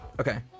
Okay